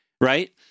right